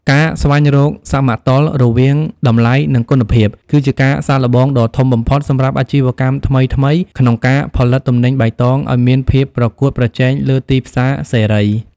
ការស្វែងរក "សមតុល្យរវាងតម្លៃ និងគុណភាព" គឺជាការសាកល្បងដ៏ធំបំផុតសម្រាប់អាជីវកម្មថ្មីៗក្នុងការផលិតទំនិញបៃតងឱ្យមានភាពប្រកួតប្រជែងលើទីផ្សារសេរី។